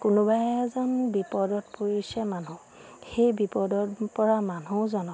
কোনোবা এজন বিপদত পৰিছে মানুহ সেই বিপদত পৰা মানুহজনক